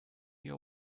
your